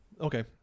Okay